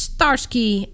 Starsky